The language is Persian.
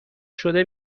شده